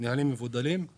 נהלים נפרדים עם תקציב אחר.